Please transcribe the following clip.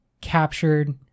captured